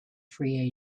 free